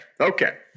Okay